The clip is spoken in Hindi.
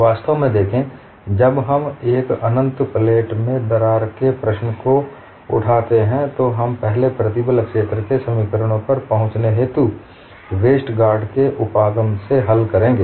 वास्तव में देखें जब हम एक अनंत प्लेट में दरार की प्रश्न को उठाते हैं तो हम पहले प्रतिबल क्षेत्र के समीकरणों पर पहुंचने हेतू वेस्टरगार्ड के उपागम Westergaard's approach से हल करेंगे